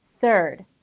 Third